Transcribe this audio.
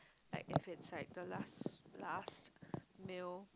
like if it's like the last last meal